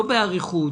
לא באריכות,